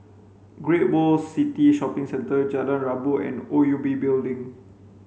Great World City Shopping Centre Jalan Rabu and O U B Building